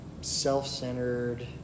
self-centered